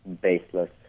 baseless